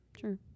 Sure